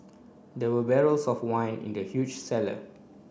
there were barrels of wine in the huge cellar